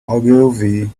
ogilvy